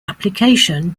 application